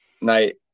night